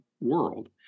world